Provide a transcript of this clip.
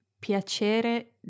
piacere